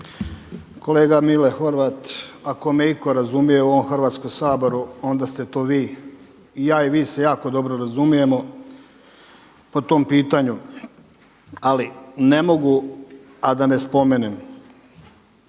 Kolega Mile Horvat, ako me itko razumije u ovom Hrvatskom saboru onda ste to vi. I ja i vi se jako dobro razumijemo po tom pitanju. Ali ne mogu a da ne spomenem